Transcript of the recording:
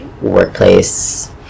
workplace